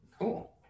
cool